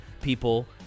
people